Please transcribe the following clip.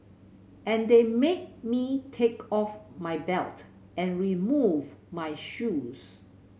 and they made me take off my belt and remove my shoes